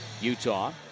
Utah